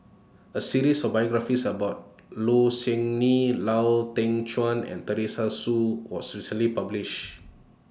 A series of biographies about Low Siew Nghee Lau Teng Chuan and Teresa Hsu was recently published